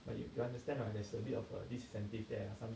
but if you understand ah there's a bit of a disincentive there are some